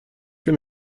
will